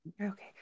Okay